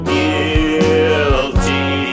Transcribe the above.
guilty